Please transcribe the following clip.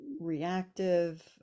reactive